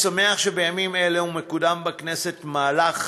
אני שמח שבימים אלו מקודם בכנסת מהלך